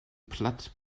platt